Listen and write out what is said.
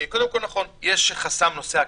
קודם כל, נכון, יש חסם בנושא האקדמי,